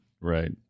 Right